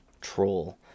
troll